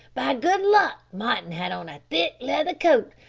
by good luck martin had on a thick leather coat,